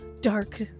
dark